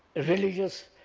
religious,